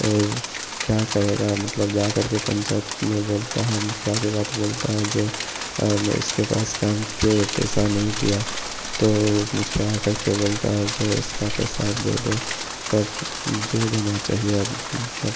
और क्या करेगा मतलब जाकर के पंचायत में बोलता है मुखिया के बाद बोलता है जो मैं इसके पास काम किया यह पैसा नहीं दिया तो मुखिया आकर के बोलता है जो इसका पैसा दे दो तब दे देना चहिए आदमी को मतलब